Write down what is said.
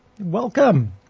welcome